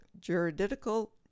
juridical